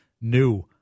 new